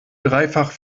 dreifach